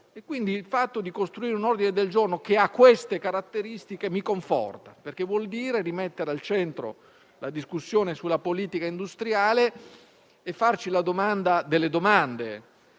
il fatto di costruire un ordine del giorno che ha queste caratteristiche mi conforta, perché vuol dire rimettere al centro la discussione sulla politica industriale e porci la domanda delle domande,